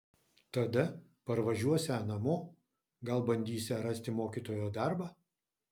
tada parvažiuosią namo gal bandysią rasti mokytojo darbą